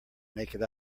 naked